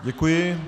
Děkuji.